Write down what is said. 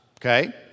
Okay